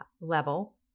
level